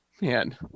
man